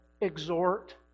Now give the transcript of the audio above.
exhort